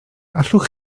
allwch